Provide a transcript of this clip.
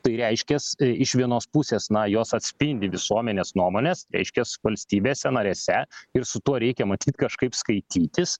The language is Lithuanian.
tai reiškias iš vienos pusės na jos atspindi visuomenės nuomones reiškiasi valstybėse narėse ir su tuo reikia matyt kažkaip skaitytis